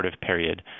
period